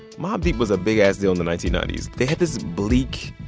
mobb deep was a big-ass deal in the nineteen ninety s. they had this bleak,